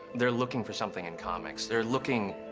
they're looking for something in comics. they're looking,